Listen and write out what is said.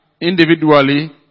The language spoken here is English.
individually